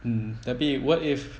tapi what if